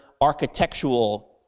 architectural